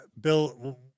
Bill